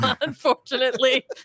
Unfortunately